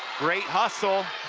great hustle.